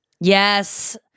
Yes